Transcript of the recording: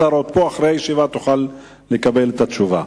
השר עוד פה, ואחרי הישיבה תוכל לקבל את התשובה.